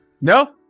No